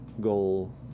goal